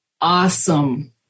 awesome